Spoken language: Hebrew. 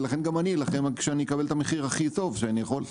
ולכן גם אני אלחם שאני אקבל את המחיר הכי טוב שאני יכול,